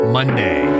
Monday